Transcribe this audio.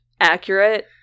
accurate